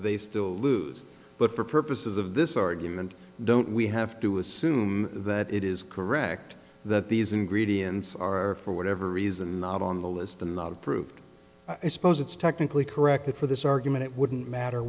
they still lose but for purposes of this argument don't we have to assume that it is correct that these ingredients are for whatever reason not on the list and not approved i suppose it's technically correct that for this argument it wouldn't matter